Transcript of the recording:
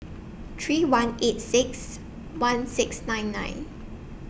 three one eight six one six nine nine